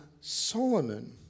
Solomon